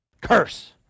curse